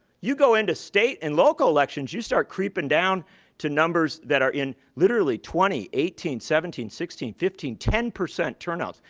you go into state and local elections, you start creeping down to numbers that are in, literally, twenty, eighteen, seventeen, sixteen, fifteen, ten percent turnouts.